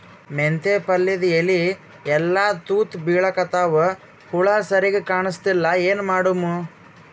ಮೆಂತೆ ಪಲ್ಯಾದ ಎಲಿ ಎಲ್ಲಾ ತೂತ ಬಿಳಿಕತ್ತಾವ, ಹುಳ ಸರಿಗ ಕಾಣಸ್ತಿಲ್ಲ, ಏನ ಮಾಡಮು?